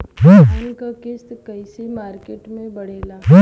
धान क कीमत कईसे मार्केट में बड़ेला?